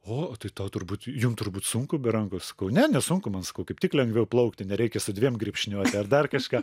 o tai tau turbūt jum turbūt sunku be rankos sakau ne nesunku man sakau kaip tik lengviau plaukti nereikia su dviem grybšniuot ar dar kažką